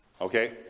Okay